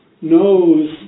knows